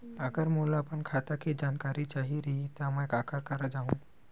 अगर मोला अपन खाता के जानकारी चाही रहि त मैं काखर करा जाहु?